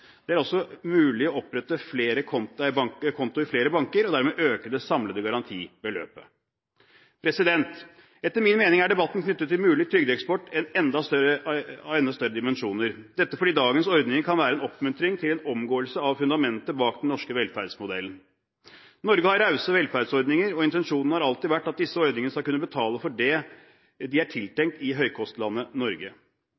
Det er også mulig å opprette konti i flere banker og dermed øke det samlede garantibeløpet. Etter min mening er debatten knyttet til mulig trygdeeksport av enda større dimensjoner, dette fordi dagens ordninger kan være en oppmuntring til omgåelse av fundamentet bak den norske velferdsmodellen. Norge har rause velferdsordninger, og intensjonen har alltid vært at disse ordningene skal kunne betale for det de er